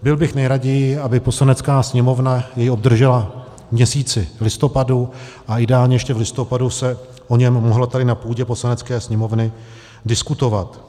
Byl bych nejraději, aby jej Poslanecká sněmovna obdržela v měsíci listopadu a ideálně ještě v listopadu se o něm mohlo tady na půdě Poslanecké sněmovny diskutovat.